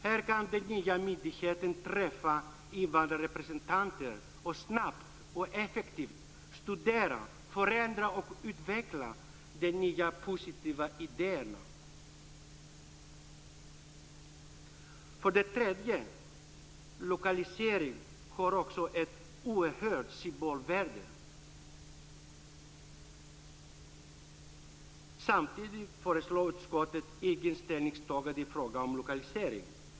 Här kan den nya myndigheten träffa invandrarrepresentanter och snabbt och effektivt studera, förändra och utveckla de nya positiva idéerna. För det tredje har lokaliseringen också ett oerhört symbolvärde. Samtidigt föreslår utskottet inget ställningstagande i fråga om lokalisering.